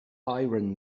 iron